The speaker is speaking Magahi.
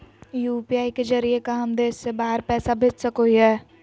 यू.पी.आई के जरिए का हम देश से बाहर पैसा भेज सको हियय?